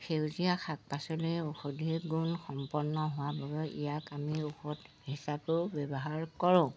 সেউজীয়া শাক পাচলিৰ ঔষধি গুণ সম্পন্ন হোৱাৰ বাবে ইয়াক আমি ঔষধ হিচাপেও ব্যৱহাৰ কৰোঁ